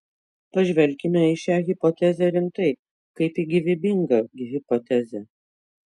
pažvelkime į šią hipotezę rimtai kaip į gyvybingą hipotezę